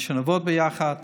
שנעבוד ביחד